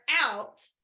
out